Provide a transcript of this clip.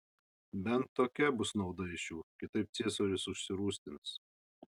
bent tokia bus nauda iš jų kitaip ciesorius užsirūstins